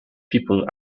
people